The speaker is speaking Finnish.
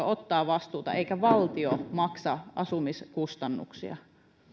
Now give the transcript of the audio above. ottaa vastuuta eikä valtio maksa asumiskustannuksia